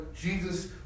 Jesus